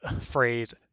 phrase